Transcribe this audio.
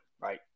right